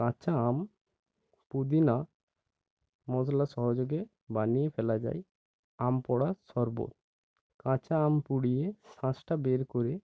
কাঁচা আম পুদিনা মশলা সহযোগে বানিয়ে ফেলা যায় আম পোড়ার শরবত কাঁচা আম পুড়িয়ে শাঁসটা বের করে